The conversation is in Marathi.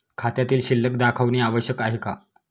खात्यातील शिल्लक दाखवणे आवश्यक आहे का?